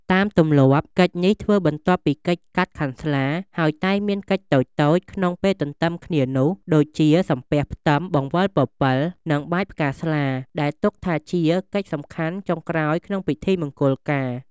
តាមទម្លាប់កិច្ចនេះគេធ្វើបន្ទាប់ពីកិច្ចកាត់ខាន់ស្លា ហើយតែងមានកិច្ចតូចៗក្នុងពេលទន្ទឹមគ្នានោះដូចជា សំពះផ្ទឹម បង្វិលពពិល និងបាចផ្កាស្លា ដែលទុកថាជាកិច្ចសំខាន់ចុងក្រោយក្នុងពិធីមង្គលការ។